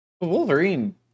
Wolverine